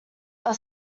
are